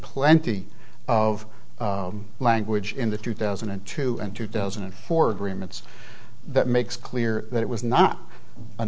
plenty of language in the two thousand and two and two thousand and four agreements that makes clear that it was not a